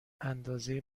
اندازه